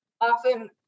often